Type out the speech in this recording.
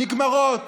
נגמרות,